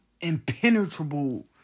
impenetrable